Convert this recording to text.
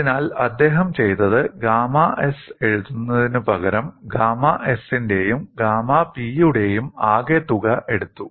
അതിനാൽ അദ്ദേഹം ചെയ്തത് ഗാമാ s എഴുതുന്നതിനുപകരം ഗാമ s ന്റെയും ഗാമ p യുടെയും ആകെത്തുക എടുത്തു